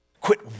Quit